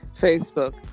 facebook